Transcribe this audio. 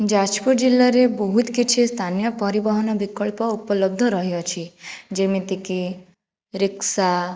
ଯାଜପୁର ଜିଲ୍ଲାରେ ବହୁତ କିଛି ସ୍ଥାନୀୟ ପରିବହନ ବିକଳ୍ପ ଉପଲବ୍ଧ ରହିଅଛି ଯେମିତିକି ରିକ୍ସା